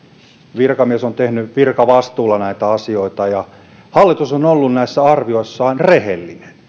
virkamies on tehnyt virkavastuulla näitä asioita ja hallitus on ollut näissä arvioissaan rehellinen